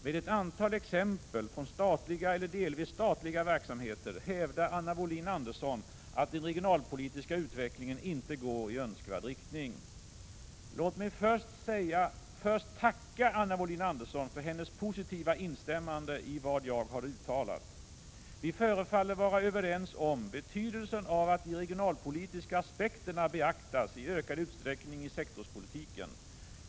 Med ett antal exempel från statliga eller delvis statliga verksamheter hävdar Anna Wohlin-Andersson att den regionalpolitiska utvecklingen inte går i önskvärd riktning. Låt mig först tacka Anna Wohlin-Andersson för hennes positiva instämmande i vad jag har uttalat. Vi förefaller vara överens om betydelsen av att de regionalpolitiska aspekterna beaktas i ökad utsträckning i sektorspolitiken.